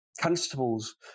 constables